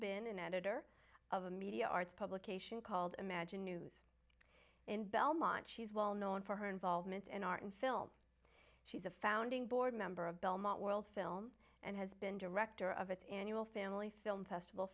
been an editor of a media arts publication called imagine news in belmont she's well known for her involvement in art and film she's a founding board member of belmont world film and has been director of it in you'll family film festival